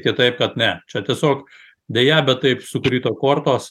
kitaip kad ne čia tiesiog deja bet taip sukrito kortos